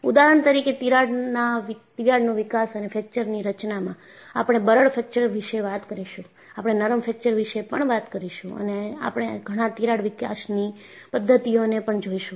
ઉદાહરણ તરીકે તિરાડનો વિકાસ અને ફ્રેક્ચર ની રચનામાં આપણે બરડ ફ્રેકચર વિશે વાત કરીશું આપણે નરમ ફ્રેક્ચર વિશે પણ વાત કરીશું અને આપણે ઘણા તિરાડ વિકાસની પદ્ધતિઓને પણ જોઈશું